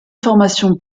formation